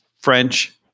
French